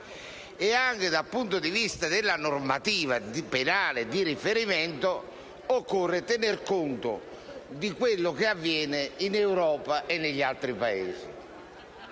e, anche dal punto di vista della normativa penale di riferimento, occorre tenere conto di quello che avviene in Europa e negli altri Paesi.